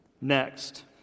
next